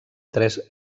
tres